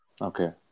Okay